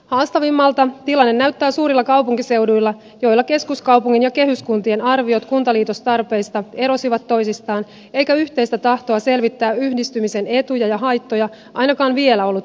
haastavimmalta tilanne näyttää suurilla kaupunkiseuduilla joilla keskuskaupungin ja kehyskuntien arviot kuntaliitostarpeista erosivat toisistaan eikä yhteistä tahtoa selvittää yhdistymisen etuja ja haittoja ainakaan vielä ollut muodostunut